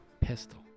Pistol